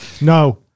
No